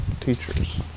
teachers